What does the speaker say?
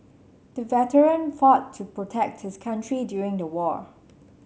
the veteran fought to protect his country during the war